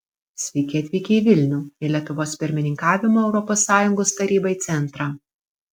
sveiki atvykę į vilnių į lietuvos pirmininkavimo europos sąjungos tarybai centrą